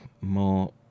more